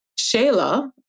Shayla